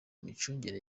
micungire